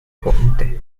conte